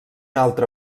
altre